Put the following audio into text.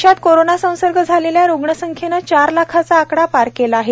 देशात कोरोना संसर्ग झालेल्या रुग्णसंख्येने चार लाखाचा आकडा पार केला आहे